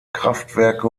kraftwerke